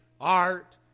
art